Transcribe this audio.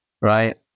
right